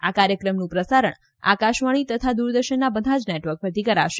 આ કાર્યક્રમનું પ્રસારણ આકાશવાણી તથા દ્રરદર્શનના બધા જ નેટવર્ક પરથી કરશે